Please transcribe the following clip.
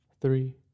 three